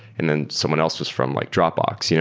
and then someone else was from like dropbox, you know